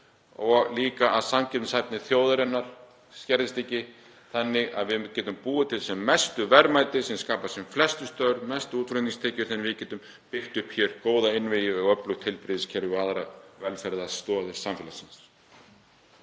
og líka að samkeppnishæfni þjóðarinnar skerðist ekki þannig að við getum búið til sem mest verðmæti sem skapa sem flest störf og mestu útflutningstekjur þannig að við getum byggt upp hér góða innviði og öflugt heilbrigðiskerfi og aðrar velferðarstoðir samfélagsins.